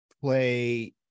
play